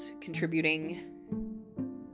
contributing